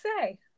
say